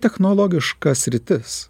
technologiška sritis